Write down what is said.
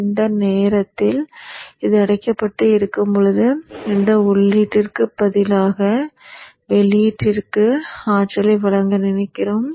அந்த நேரத்தில் இது அடைக்கப்பட்டு இருக்கும்போது இதற்கு உள்ளீட்டிற்கு பதிலாக வெளியீட்டிற்கு ஆற்றலை வழங்க நினைக்கிறோம்